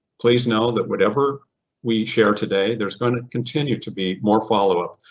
please know that whatever we share today, there's gonna continue to be more follow up.